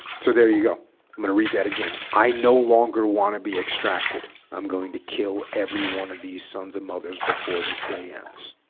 so there you go i'm going to read that again i no longer want to be extracted i'm going to kill every one of these sons and mothers before this day ends